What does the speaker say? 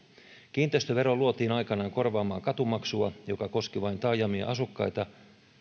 kiinteistövero luotiin aikanaan korvaamaan katumaksua joka koski vain taajamien asukkaita